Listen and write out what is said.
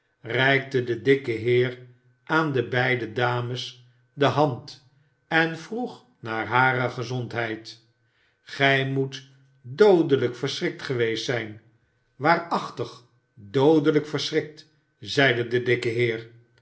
reikte de dikke heer aan de beide dames de hand en vroeg naar hare gezondheid gij moet doodelijk verschrikt geweest zijn waarachtig doodelijk verschrikt zeide de dikke heer